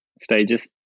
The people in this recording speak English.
stages